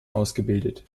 ausgebildet